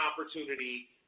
opportunity